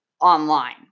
online